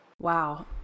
Wow